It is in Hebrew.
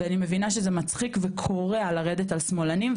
ואני מבינה שזה מצחיק וקורע לרדת על שמאלנים,